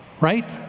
right